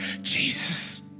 Jesus